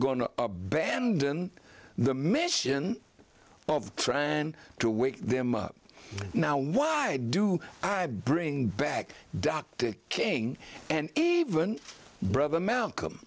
going to abandon the mission of trying to wake them up now why do i bring back dr king and even brother malcolm